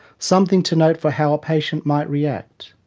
something to note for how a patient might react.